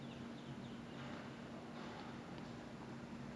err my interest ah do I have to say three only or anything like that